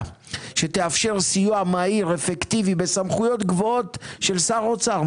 שתאפשר סיוע מהיר ואפקטיבי בסמכויות גבוהות של שר האוצר.